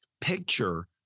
picture